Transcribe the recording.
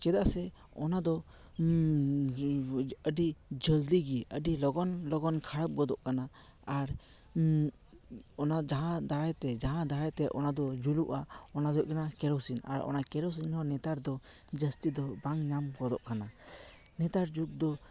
ᱪᱮᱫᱟ ᱥᱮ ᱚᱱᱟ ᱫᱚ ᱟᱹᱰᱤ ᱡᱟᱹᱞᱫᱤ ᱜᱤ ᱟᱹᱰᱤ ᱞᱚᱜᱚᱱ ᱞᱚᱜᱚᱱ ᱠᱷᱟᱨᱟᱯ ᱜᱚᱫᱚ ᱠᱟᱱᱟ ᱟᱨ ᱚᱱᱟ ᱡᱟᱦᱟᱸ ᱫᱟᱨᱟᱭ ᱛᱮ ᱡᱟᱦᱟᱸ ᱫᱟᱨᱟᱭ ᱛᱮ ᱚᱱᱟ ᱫᱚ ᱡᱩᱞᱩᱜᱼᱟ ᱚᱱᱟᱫᱚ ᱦᱩᱭᱩᱜ ᱠᱟᱱᱟ ᱠᱮᱨᱳᱥᱤᱱ ᱱᱚᱣᱟ ᱠᱮᱨᱳᱥᱤᱱ ᱦᱚᱸ ᱱᱮᱛᱟᱨ ᱫᱚ ᱡᱟᱹᱥᱛᱤ ᱫᱚ ᱵᱟᱝ ᱧᱟᱢ ᱜᱚᱫᱚ ᱠᱟᱱᱟ ᱱᱮᱛᱟᱨ ᱡᱩᱜᱽ ᱫᱚ